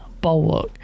Bulwark